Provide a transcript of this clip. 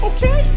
Okay